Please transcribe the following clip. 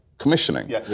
commissioning